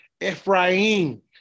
Ephraim